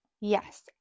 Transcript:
yes